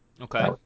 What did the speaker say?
Okay